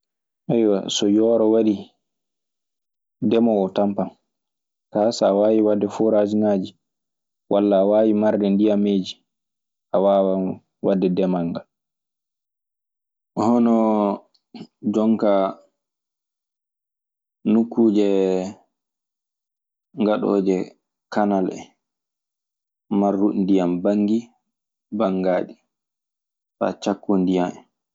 So yooro warii deemoowo tanpan. Kaa, so a waawii waɗde forasŋaaji walla a waawi marde ndiyameeji. A waawan waɗde demal ngal. Hono jonkaa nokkuuje ngaɗooje kanal en, marduɗi bangi bangaaɗi faa cakkoo ndiyan ɗii.